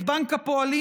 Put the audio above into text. כצנלסון,